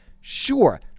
Sure